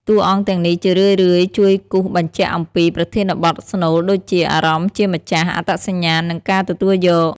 តួអង្គទាំងនេះជារឿយៗជួយគូសបញ្ជាក់អំពីប្រធានបទស្នូលដូចជា អារម្មណ៍ជាម្ចាស់ អត្តសញ្ញាណ និងការទទួលយក។